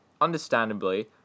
understandably